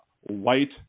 white